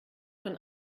von